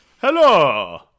hello